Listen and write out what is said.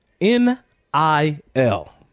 n-i-l